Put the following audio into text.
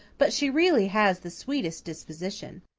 but she really has the sweetest disposition.